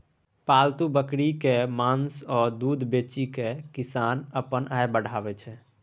पालतु बकरीक मासु आ दुधि बेचि किसान अपन आय बढ़ाबै छै